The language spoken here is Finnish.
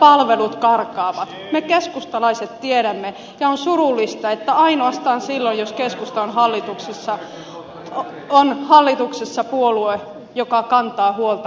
me keskustalaiset tiedämme ja on surullista että ainoastaan silloin jos keskusta on hallituksessa on hallituksessa puolue joka kantaa huolta koko suomesta